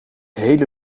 hele